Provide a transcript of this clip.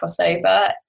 crossover